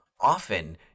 often